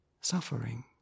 suffering